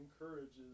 encourages